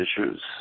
issues